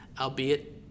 albeit